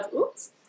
oops